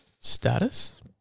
status